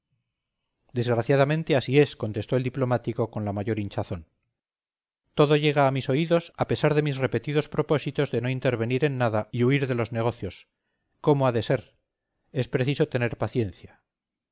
desgraciadamente así es contestó el diplomático con la mayor hinchazón todo llega a mis oídos a pesar de mis repetidos propósitos de no intervenir en nada y huir de los negocios cómo ha de ser es preciso tener paciencia